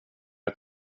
ett